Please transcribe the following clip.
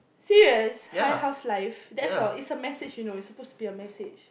serious hi how's life that's all it's a message you know it's supposed to be a message